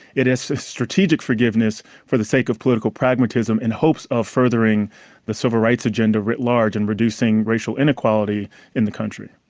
it is a strategic forgiveness for the sake of political pragmatism in hopes of furthering the civil rights agenda writ large and reducing racial inequality in the country.